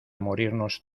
morirnos